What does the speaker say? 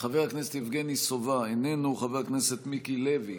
חבר הכנסת יבגני סובה, איננו, חבר הכנסת מיקי לוי,